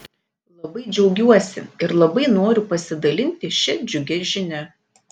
labai džiaugiuosi ir labai noriu pasidalinti šia džiugia žinia